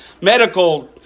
medical